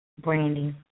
branding